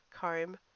comb